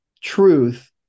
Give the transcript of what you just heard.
truth